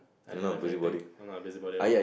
I don't have anything then I busy body loh